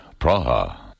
Praha